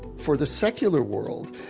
for the secular world,